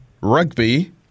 Rugby